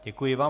Děkuji vám.